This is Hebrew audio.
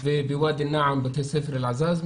ובוואדי אל נעם, בית ספר אל-עזאזמה.